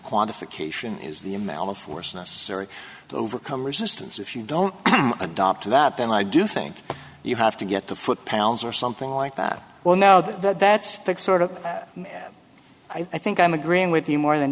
quantification is the amount of force necessary to overcome resistance if you don't adopt to that then i do think you have to get the foot pounds or something like that well now that's sort of i think i'm agreeing with you more than